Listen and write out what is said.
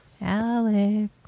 Alex